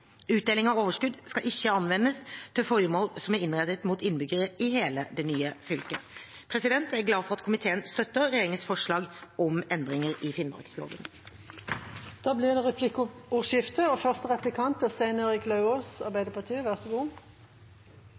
Utdeling av overskudd skal ikke anvendes til formål som er innrettet mot innbyggere i hele det nye fylket. Jeg er glad for at komiteen støtter regjeringens forslag om endringer i Finnmarksloven. Det blir replikkordskifte. Ja da, vi støtter forslaget, men det er